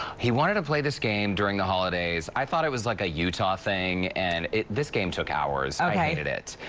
he wanted to play this game during the holidays. i thought it was like a utah thing, and this game took hours. i hated it.